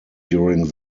during